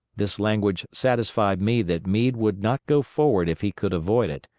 this language satisfied me that meade would not go forward if he could avoid it,